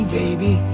baby